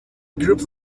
group